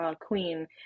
queen